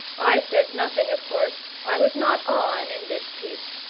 i said nothing, of course i was not on in this piece.